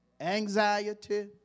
anxiety